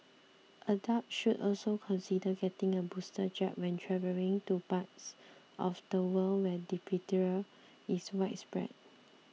adults should also consider getting a booster jab when travelling to parts of the world where diphtheria is widespread